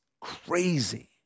crazy